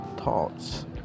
thoughts